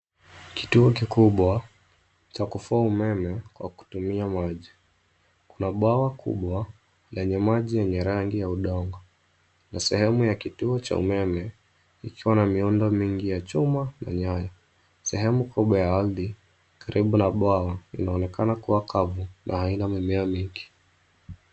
Kituo kikubwa cha kufua umeme kwa kutumia maji. Kuna bwawa kubwa lenye maji yenye rangi ya udongo, na sehemu ya kituo cha umeme ikiwa na miundo mingi ya chuma na nyaya. Sehemu kubwa ya ardhi karibu na bwawa inaonekana kuwa kavu na haina mimea mingi.